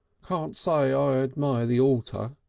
can't say i ah admire the altar.